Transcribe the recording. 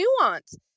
nuance